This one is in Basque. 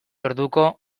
orduko